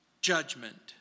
Judgment